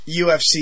UFC